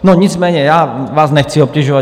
No, nicméně já vás nechci obtěžovat.